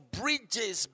bridges